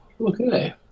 Okay